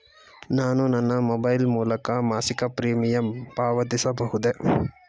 ನಾನು ನನ್ನ ಮೊಬೈಲ್ ಮೂಲಕ ಮಾಸಿಕ ಪ್ರೀಮಿಯಂ ಪಾವತಿಸಬಹುದೇ?